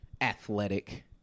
Athletic